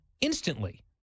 instantly